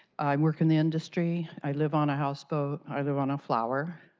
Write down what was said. i work in the industry. i live on a houseboat. i live on a flower.